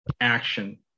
action